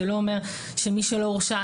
זה לא אומר שמי שלא הורשע,